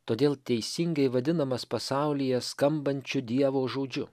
todėl teisingai vadinamas pasaulyje skambančiu dievo žodžiu